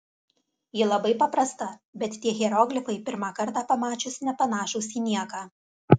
ji labai paprasta bet tie hieroglifai pirmą kartą pamačius nepanašūs į nieką